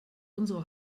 unsere